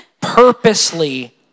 Purposely